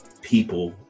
people